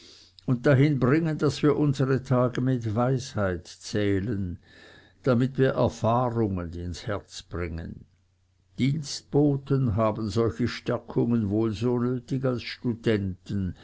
und dahin bringen daß wir unsere tage mit weisheit zählen damit wir erfahrungen ins herz bringen dienstboten haben solche stärkungen wohl so nötig als studenten